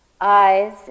eyes